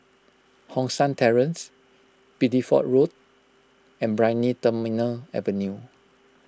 Hong San Terrace Bideford Road and Brani Terminal Avenue